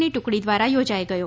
ની ટુકડી દ્વારા યોજાઇ ગયો